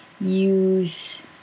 use